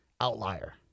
outlier